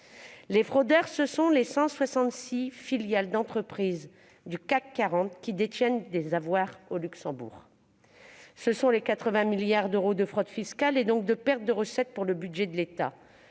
Les fraudeurs, ce sont les 166 filiales d'entreprises du CAC 40 qui détiennent des avoirs au Luxembourg. Ce sont les 80 milliards d'euros de fraude fiscale, c'est-à-dire de pertes de recettes pour le budget de l'État.